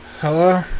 Hello